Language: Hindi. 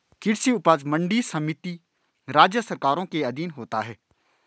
कृषि उपज मंडी समिति राज्य सरकारों के अधीन होता है